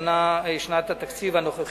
התקציב הנוכחית.